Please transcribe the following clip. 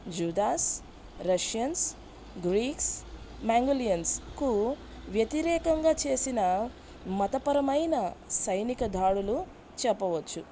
జుదాస్ Russians Greeks మ్యాంగోలియన్స్కు వ్యతిరేకంగా చేసిన మతపరమైన సైనిక దాడులు చెప్పవచ్చు